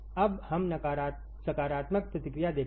अब हम सकारात्मक प्रतिक्रिया देखते हैं